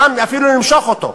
אפילו למשוך אותו.